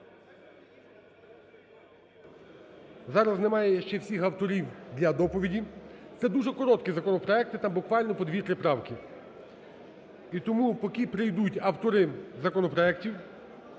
Зараз немає ще всіх авторів для доповіді. Це дуже короткі законопроекти, там буквально по дві-три правки. І тому поки прийдуть автори законопроектів